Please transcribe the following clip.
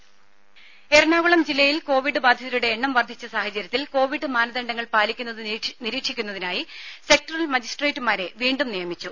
രും എറണാകുളം ജില്ലയിൽ കോവിഡ് ബാധിതരുടെ എണ്ണം വർധിച്ച സാഹചര്യത്തിൽ കോവിഡ് മാനദണ്ഡങ്ങൾ പാലിക്കുന്നത് നിരീക്ഷിക്കുന്നതിനായി സെക്ടറൽ മജിസ്ട്രേറ്റുമാരെ വീണ്ടും നിയമിച്ചു